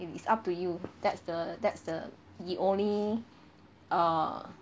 it is up to you that's the that's the the only err